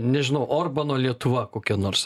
nežinau orbano lietuva kokia nors